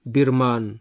Birman